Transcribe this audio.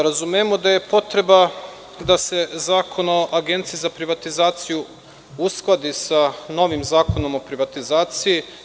Razumemo da je potreba da se Zakon o Agenciji za privatizaciju uskladi sa novim Zakonom o privatizaciji.